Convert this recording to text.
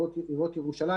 עיריות ירושלים,